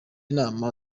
nama